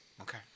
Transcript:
okay